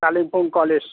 Kalimpong college